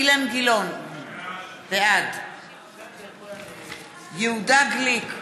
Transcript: אילן גילאון, בעד יהודה גליק,